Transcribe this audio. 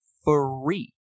free